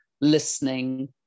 listening